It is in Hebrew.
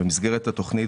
במסגרת התוכנית,